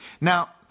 Now